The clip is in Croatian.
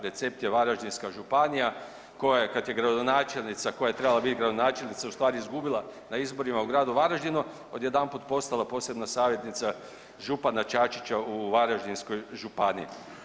Recept je Varaždinska županija koja je kad je gradonačelnica koja je trebala biti gradonačelnica u stvari izgubila na izborima u gradu Varaždinu odjedanput postala posebna savjetnica župana Čačića u Varaždinskoj županiji.